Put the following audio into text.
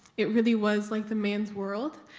it really was like the man's world.